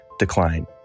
decline